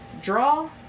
Draw